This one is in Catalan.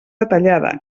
detallada